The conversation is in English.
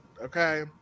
Okay